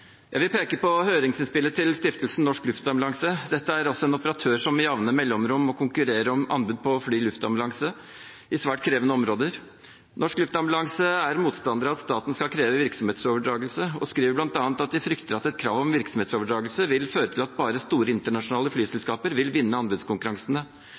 Jeg vil peke på høringsinnspillet til Stiftelsen Norsk Luftambulanse. Dette er altså en operatør som med jevne mellomrom må konkurrere om anbud på å fly luftambulanse i svært krevende områder. Norsk Luftambulanse er motstander av at staten skal kreve virksomhetsoverdragelse, og skriver bl.a. at de frykter at et krav om virksomhetsoverdragelse vil føre til at bare store internasjonale